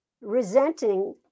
resenting